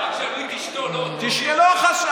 רק שהביאו את אשתו, לא אותו.